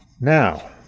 Now